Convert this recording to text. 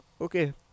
okay